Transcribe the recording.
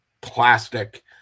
plastic